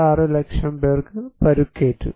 66 ലക്ഷം പേർക്ക് പരിക്കേറ്റു